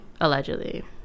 Allegedly